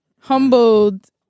humbled